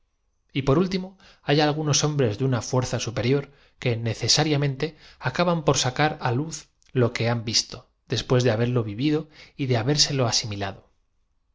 y por últi mo hay algunos hombres de una fuerza superior que necesariamente acaban por sacar á luz lo que han visto después de haberlo vivid o y de habérselo